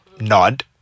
nod